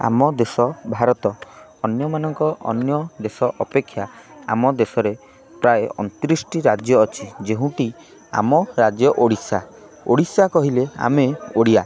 ଆମ ଦେଶ ଭାରତ ଅନ୍ୟମାନଙ୍କ ଅନ୍ୟ ଦେଶ ଅପେକ୍ଷା ଆମ ଦେଶରେ ପ୍ରାୟ ଅଣତିରିଶିଟି ରାଜ୍ୟ ଅଛି ଯେଉଁଟି ଆମ ରାଜ୍ୟ ଓଡ଼ିଶା ଓଡ଼ିଶା କହିଲେ ଆମେ ଓଡ଼ିଆ